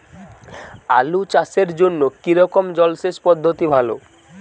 আলু চাষের জন্য কী রকম জলসেচ পদ্ধতি ভালো?